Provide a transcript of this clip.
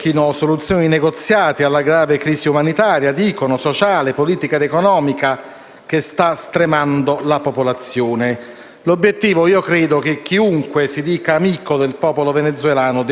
Noi crediamo che la repressione delle manifestazioni popolari non sia mai accettabile, in nessun caso. Se c'è una cosa che la sinistra ha imparato dalla lezione del secolo